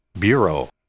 Bureau